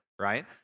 right